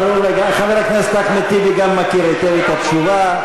חבר הכנסת אחמד טיבי גם מכיר היטב את התשובה.